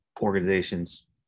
organizations